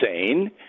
insane